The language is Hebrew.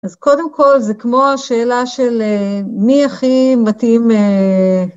אז קודם כל, זה כמו השאלה של מי הכי מתאים...